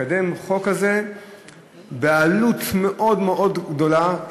מקדמים חוק כזה בעלות מאוד מאוד גדולה,